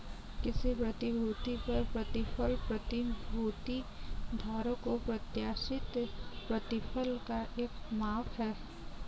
किसी प्रतिभूति पर प्रतिफल प्रतिभूति धारक को प्रत्याशित प्रतिफल का एक माप है